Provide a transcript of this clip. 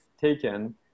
taken